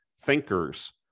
thinkers